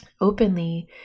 openly